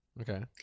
Okay